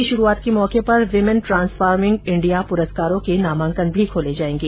मंच की श्रुआत के मौके पर वीमेन ट्रांसफॉर्मिंग इंडिया पुरस्कारों के नामांकन भी खोले जायेंगे